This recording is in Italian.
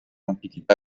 antichità